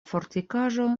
fortikaĵo